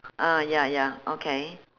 ah ya ya okay